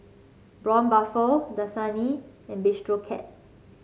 Braun Buffel Dasani and Bistro Cat